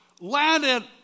landed